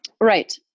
Right